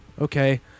okay